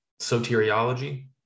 soteriology